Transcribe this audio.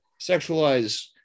sexualize